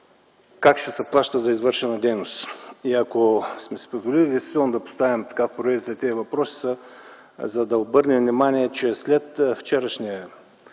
как ще се плаща за извършена дейност? Ако сме си позволили действително да поставим в такава поредица тези въпроси, е за да обърнем внимание, че след вчерашния